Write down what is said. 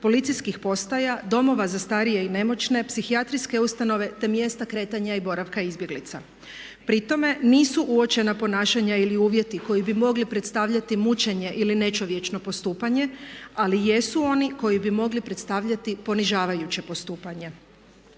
policijskih postaja, domova za starije i nemoćne, psihijatrijske ustanove, te mjesta kretanja i boravka izbjeglica. Pri tome nisu uočena ponašanja ili uvjeti koji bi mogli predstavljati mučenje ili nečovječno postupanje, ali jesu oni koji bi mogli predstavljati ponižavajuće postupanje.